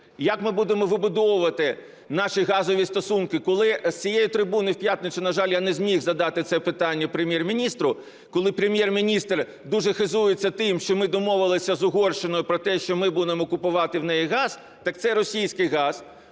Як ми будемо вибудовувати наші газові стосунки, коли з цієї трибуни в п'ятницю, на жаль, я не зміг задати це питання Прем’єр-міністру, коли Прем’єр-міністр дуже хизується тим, що ми домовилися з Угорщиною про те, що ми будемо купувати в неї газ. Так це російський газ.